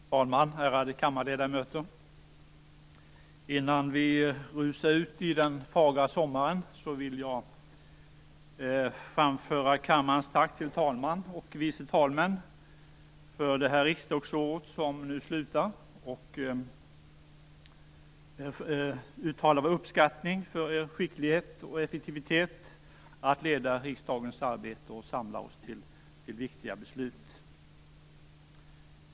Fru talman! Ärade kammarledamöter! Innan vi rusar ut i den fagra sommaren vill jag framföra kammarens tack till talmannen och de vice talmännen för det riksdagsår som nu avslutas. Jag vill uttala vår uppskattning för er skicklighet och effektivitet när det gäller att leda riksdagens arbete och att samla oss till viktiga beslut.